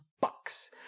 Bucks